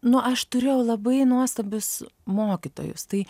nu aš turėjau labai nuostabius mokytojus tai